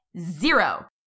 zero